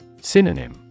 Synonym